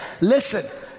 Listen